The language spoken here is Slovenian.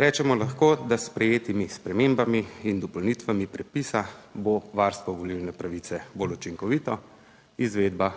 Rečemo lahko, da s sprejetimi spremembami in dopolnitvami predpisa bo varstvo volilne pravice bolj učinkovito, izvedba